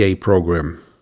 program